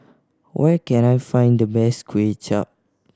where can I find the best Kway Chap